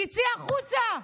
תצאי החוצה.